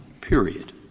period